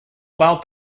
about